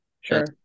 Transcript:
Sure